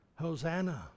Hosanna